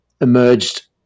emerged